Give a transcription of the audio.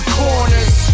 corners